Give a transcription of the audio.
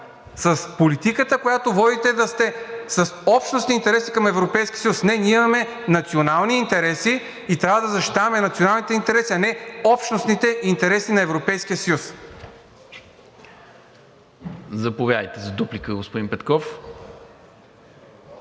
с политиката, която водите, да сте с общностни интереси към Европейския съюз. Не, ние имаме национални интереси и трябва да защитаваме националните интереси, а не общностните интереси на Европейския съюз. ПРЕДСЕДАТЕЛ НИКОЛА МИНЧЕВ: Заповядайте за дуплика, господин Петков.